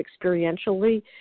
experientially